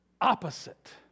opposite